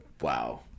Wow